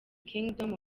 kingdom